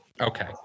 Okay